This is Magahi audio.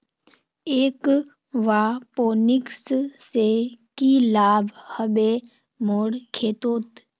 एक्वापोनिक्स से की लाभ ह बे मोर खेतोंत